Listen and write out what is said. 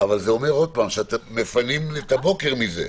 זה אומר שאתם מפנים את הבוקר מזה.